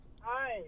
Hi